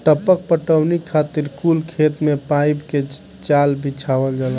टपक पटौनी खातिर कुल खेत मे पाइप के जाल बिछावल जाला